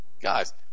Guys